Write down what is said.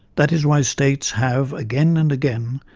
that is why states have, again and again,